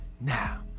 Now